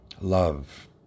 Love